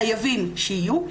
חייבים שיהיו,